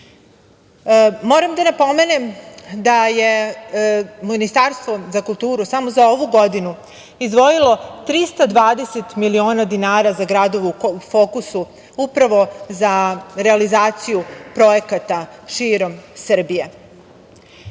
da napomenem da je Ministarstvo za kulturu samo za ovu godinu izdvojilo 320 miliona dinara za gradova u fokusu upravo za realizaciju projekata širom